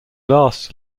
last